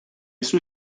sue